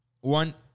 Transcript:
One